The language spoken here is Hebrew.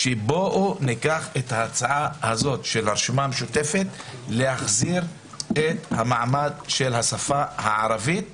הוא לקחת את ההצעה של הרשימה המשותפת להחזיר את מעמד השפה הערבית